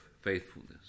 faithfulness